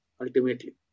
ultimately